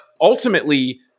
ultimately